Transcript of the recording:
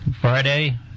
Friday